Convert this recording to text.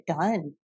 done